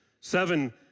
Seven